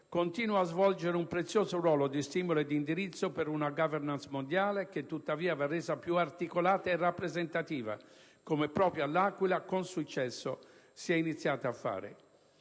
continua a svolgere un prezioso ruolo di stimolo e di indirizzo per una *governance* mondiale che tuttavia va resa più articolata e rappresentativa, come proprio a L'Aquila, con successo, si è iniziato a fare.